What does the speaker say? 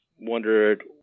wondered